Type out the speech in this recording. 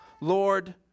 Lord